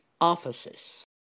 offices